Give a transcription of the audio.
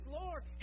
Lord